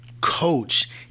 coach